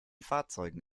fahrzeugen